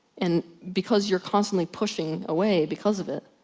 and because you're constantly pushing away because of it,